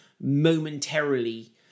momentarily